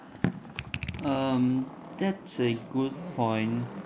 um that's a good point